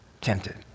Tempted